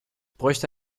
bräuchte